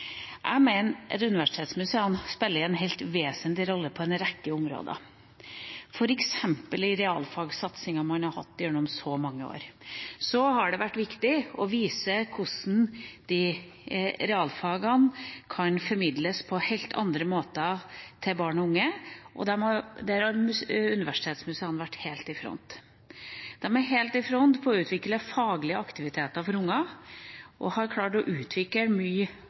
Jeg mener at universitetsmuseene spiller en helt vesentlig rolle på en rekke områder, f.eks. i realfagsatsinga man har hatt gjennom så mange år. Det har vært viktig å vise hvordan realfagene kan formidles på helt andre måter til barn og unge, og der har universitetsmuseene vært helt i front. De er helt i front med å utvikle faglige aktiviteter for unger og har klart å utvikle